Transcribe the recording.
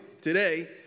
today